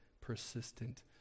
persistent